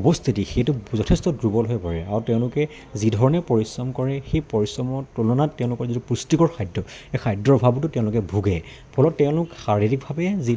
অৱস্থিতি সেইটো যথেষ্ট দুৰ্বল হৈ পৰে আৰু তেওঁলোকে যিধৰণে পৰিশ্ৰম কৰে সেই পৰিশ্ৰমৰ তুলনাত তেওঁলোকৰ যিটো পুষ্টিকৰ খাদ্য এই খাদ্যৰ অভাৱতো তেওঁলোকে ভুগে ফলত তেওঁলোক শাৰীৰিকভাৱে যি